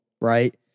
Right